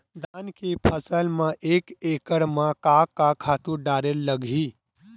धान के फसल म एक एकड़ म का का खातु डारेल लगही?